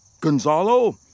Gonzalo